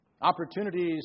opportunities